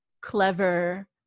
clever